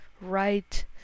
right